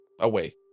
away